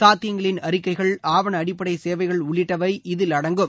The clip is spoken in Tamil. சாத்தியங்களின் அறிக்கைகள் ஆவண அடிப்படை சேவைகள் உள்ளிட்டவை இதில் அடங்கும்